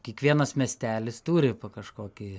kiekvienas miestelis turi kažkokį